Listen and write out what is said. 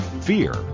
fear